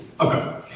Okay